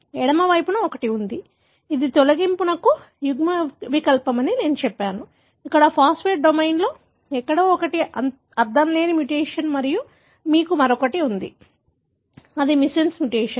ఎడమ వైపున ఒకటి ఉంది ఇది తొలగింపు యుగ్మవికల్పం అని నేను చెప్పాను ఇక్కడ ఫాస్ఫేటేస్ డొమైన్లో ఎక్కడో ఒకటి అర్ధంలేని మ్యుటేషన్ మరియు మీకు మరొకటి ఉంది ఇది మిస్సెన్స్ మ్యుటేషన్